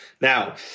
now